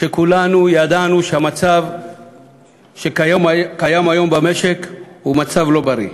כי כולנו ידענו שהמצב שקיים כיום במשק הוא מצב לא בריא.